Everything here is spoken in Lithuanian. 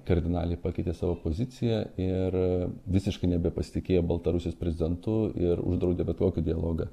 kardinaliai pakeitė savo poziciją ir visiškai nebepasitikėjo baltarusijos prezidentu ir uždraudė bet kokį dialogą